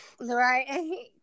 right